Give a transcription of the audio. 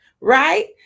right